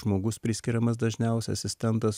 žmogus priskiriamas dažniausiai asistentas